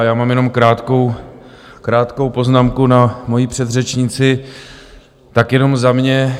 Já mám jenom krátkou, krátkou poznámku na moji předřečníci, tak jenom za mě.